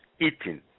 eating